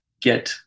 get